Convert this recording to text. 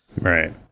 Right